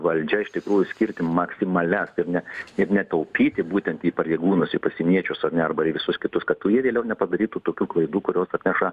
valdžia iš tikrųjų skirti maksimalias ir ne ir ne taupyti būtent į pareigūnus į pasieniečius ane arba į visus kitus kad to jie vėliau nepadarytų tokių klaidų kurios atneša